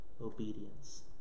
obedience